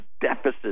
deficit